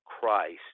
Christ